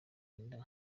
inda